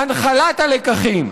הנחלת הלקחים,